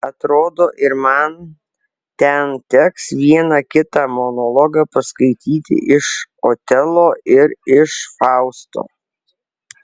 atrodo ir man ten teks vieną kitą monologą paskaityti iš otelo ir iš fausto